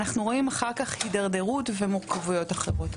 אנחנו רואים אחר כך הדרדרות ומורכבויות אחרות.